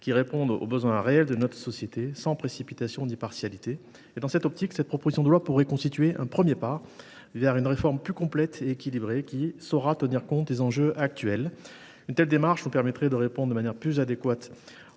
qui répondent aux besoins réels de notre société, sans précipitation ni partialité. Dans cette optique, cette proposition de loi pourrait constituer un premier pas vers une réforme plus complète et équilibrée, qui saura tenir compte des enjeux actuels. Une telle démarche nous permettrait de répondre de manière plus adéquate